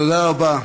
תודה רבה.